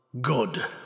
Good